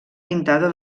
pintada